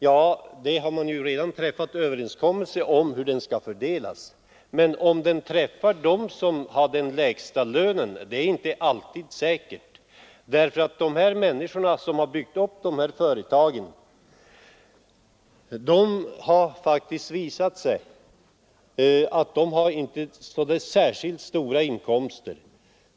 Ja, man har ju redan träffat överenskommelse om hur fördelningen skall ske, men det är inte alltid säkert att tillägget utgår till dem som har den lägsta lönen. De människor som byggt upp dessa företag har faktiskt visat sig inte ha så särskilt stora inkomster.